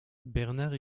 bernard